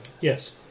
Yes